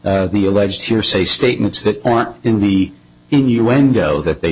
the alleged hearsay statements that aren't in the innuendo that they